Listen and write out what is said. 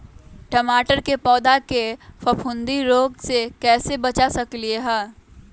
टमाटर के पौधा के फफूंदी रोग से कैसे बचा सकलियै ह?